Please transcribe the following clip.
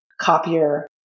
copier